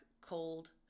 cold